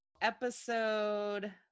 episode